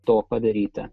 to padaryta